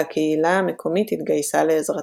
והקהילה המקומית התגייסה לעזרתם.